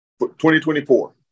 2024